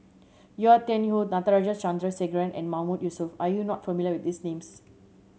Yau Tian Yau Natarajan Chandrasekaran and Mahmood Yusof are you not familiar with these names